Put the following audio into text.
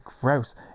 gross